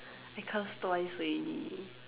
I curse twice already